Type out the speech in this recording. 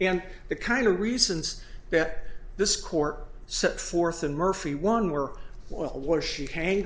and the kind of reasons that this court set forth and murphy one more oil war she hang